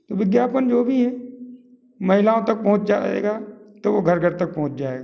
तो विज्ञापन जो भी है महिलाओं तक पहुंच जाएगा तो वो घर घर तक पहुंच जाएगा